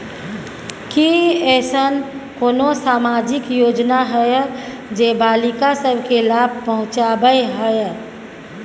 की ऐसन कोनो सामाजिक योजना हय जे बालिका सब के लाभ पहुँचाबय हय?